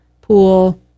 pool